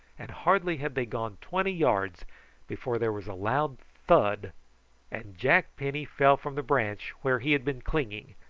and hardly had they gone twenty yards before there was a loud thud and jack penny fell from the branch, where he had been clinging,